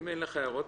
אם אין לך הערות,